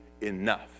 enough